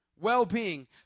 well-being